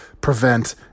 prevent